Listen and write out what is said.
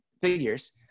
figures